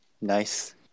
nice